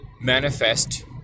manifest